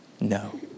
No